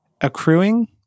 accruing